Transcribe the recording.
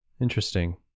interesting